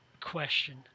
question